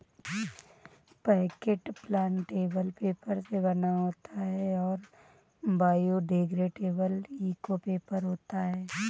packet plantable paper से बना होता है और बायोडिग्रेडेबल इको पेपर होता है